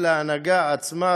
אלא ההנהגה עצמה,